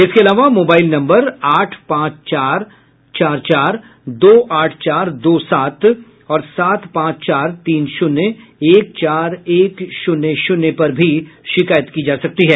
इसके अलावा mobile number आठ पांच चार चार चार दो आठ चार दो सात और सात पांच चार तीन शून्य एक चार एक शून्य शून्य पर भी शिकायत की जा सकती है